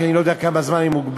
כי אני לא יודע לכמה זמן אני מוגבל,